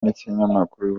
n’ikinyamakuru